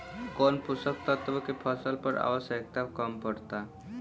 कौन पोषक तत्व के फसल पर आवशयक्ता कम पड़ता?